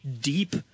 deep